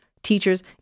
Teachers